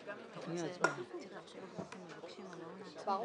פה אולי נצטרך איזה שהן תחילות מוקדמות